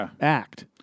act